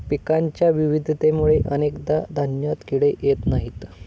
पिकांच्या विविधतेमुळे अनेकदा धान्यात किडे येत नाहीत